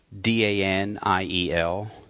D-A-N-I-E-L